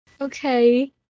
Okay